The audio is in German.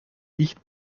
dicht